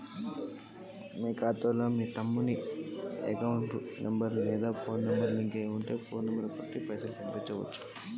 మా ఖాతా నుంచి మా తమ్ముని, అన్న ఖాతాకు పైసలను ఎలా పంపియ్యాలి?